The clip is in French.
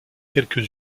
quelques